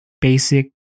basic